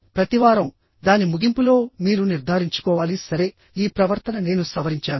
ప్రతి వారం దాని ముగింపులో మీరు నిర్ధారించుకోవాలి సరే ఈ ప్రవర్తన నేను సవరించాను